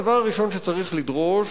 הדבר הראשון שצריך לדרוש,